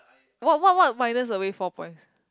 what what what minus away four points